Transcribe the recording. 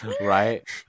Right